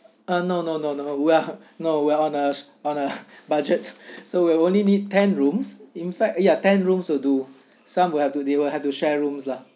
uh no no no no we are no we are on a on a budget so we only need ten rooms in fact ya ten rooms will do some will have to they will have to share rooms lah